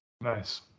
Nice